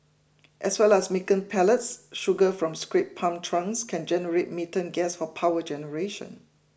as well as making pellets sugar from scraped palm trunks can generate gas for power generation